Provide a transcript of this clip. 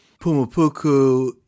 Pumapuku